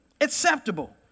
acceptable